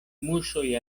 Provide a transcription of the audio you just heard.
muŝoj